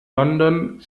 london